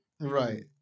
Right